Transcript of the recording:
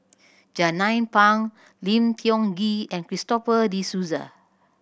Jernnine Pang Lim Tiong Ghee and Christopher De Souza